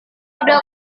ada